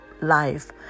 Life